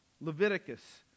Leviticus